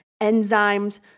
enzymes